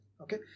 okay